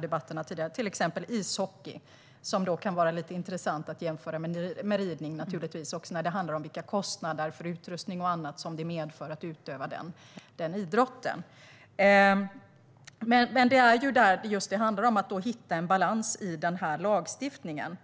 debatter att till exempel ishockey kan vara intressant att jämföra med ridning när det handlar om kostnader för utrustning och annat som det medför att utöva den idrotten. Det handlar om att hitta en balans i lagstiftningen.